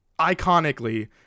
iconically